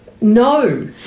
No